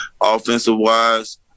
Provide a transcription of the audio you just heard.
offensive-wise